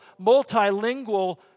multilingual